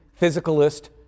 physicalist